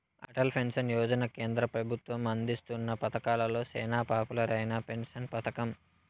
Atal pension Yojana కేంద్ర పెబుత్వం అందిస్తున్న పతకాలలో సేనా పాపులర్ అయిన పెన్సన్ పతకం